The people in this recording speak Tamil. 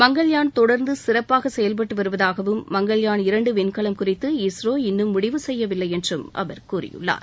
மங்கள்யாண் தொடர்ந்து சிறப்பாக செயல்பட்டு வருவதாகவும் மங்கள்யாண் இரண்டு விண்கலம் குறித்து இஸ்ரோ இன்னும் முடிவு செய்யவில்லை என்றும் அவர் கூறியுள்ளார்